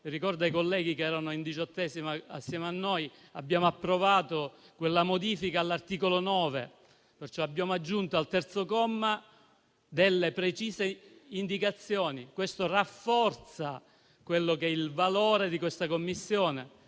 Ricordo ai colleghi che erano insieme a noi che abbiamo approvato quella modifica all'articolo 9, aggiungendo al terzo comma delle precise indicazioni. Questo rafforza il valore di questa Commissione,